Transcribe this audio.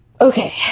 Okay